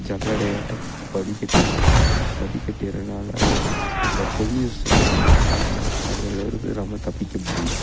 ஜல்லடையாட்டம் வடிக்கட்டிரும் வடிக்கட்டிறனால அந்த பொல்யூஷன் அதனா அதில் இருந்து நம்ம தப்பிக்க முடியும்